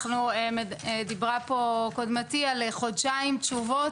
דיברה פה קודמתי על חודשיים תשובות,